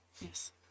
Yes